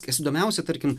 kas įdomiausia tarkim